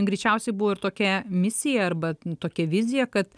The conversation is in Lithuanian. greičiausiai buvo ir tokia misija arba tokia vizija kad